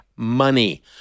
Money